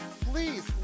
Please